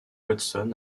watson